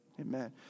Amen